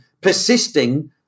persisting